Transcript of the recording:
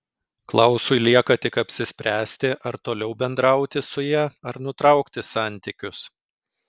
klausui lieka tik apsispręsti ar toliau bendrauti su ja ar nutraukti santykius